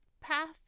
path